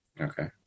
Okay